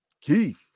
Keith